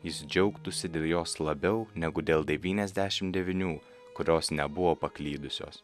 jis džiaugtųsi dėl jos labiau negu dėl devyniasdešim devynių kurios nebuvo paklydusios